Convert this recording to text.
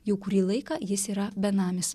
jau kurį laiką jis yra benamis